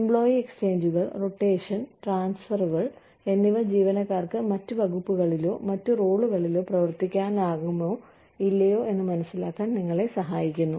employee എക്സ്ചേഞ്ചുകൾ rotation ട്രാൻസ്ഫറുകൾ എന്നിവ ജീവനക്കാർക്ക് മറ്റ് വകുപ്പുകളിലോ മറ്റ് റോളുകളിലോ പ്രവർത്തിക്കാനാകുമോ ഇല്ലയോ എന്ന് മനസ്സിലാക്കാൻ നിങ്ങളെ സഹായിക്കുന്നു